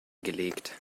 gelegt